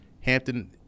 Hampton